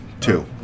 Two